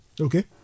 Okay